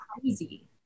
crazy